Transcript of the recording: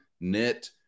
knit